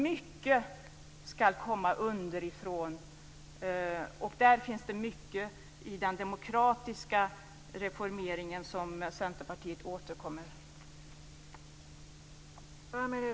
Mycket ska komma underifrån. Det finns mycket i den demokratiska reformeringen som Centerpartiet återkommer till.